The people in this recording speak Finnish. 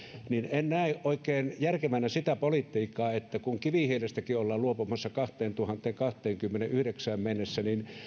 en näe oikein järkevänä sitä politiikkaa kun kivihiilestäkin ollaan luopumassa kaksituhattakaksikymmentäyhdeksän mennessä niin